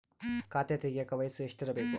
ಖಾತೆ ತೆಗೆಯಕ ವಯಸ್ಸು ಎಷ್ಟಿರಬೇಕು?